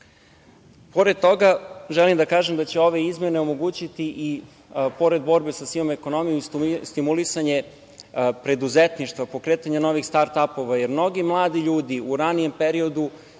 toga želim da kažem da će ove izmene omogućiti i pored borbe sa sivom ekonomijom i stimulisanje preduzetništva, pokretanje novih startapova. Mnogi mladi ljudi u ranijem periodu